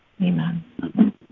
Amen